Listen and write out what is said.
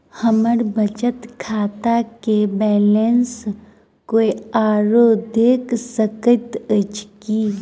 हम्मर बचत खाता केँ बैलेंस कोय आओर देख सकैत अछि की